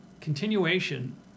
continuation